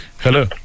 Hello